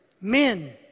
men